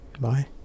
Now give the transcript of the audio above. Bye